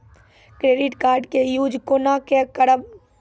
Credit card के use कोना के करबऽ?